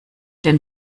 den